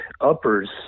uppers